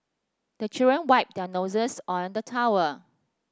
the children wipe their noses on the towel